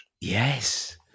Yes